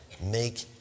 Make